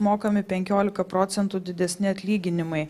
mokami penkiolika procentų didesni atlyginimai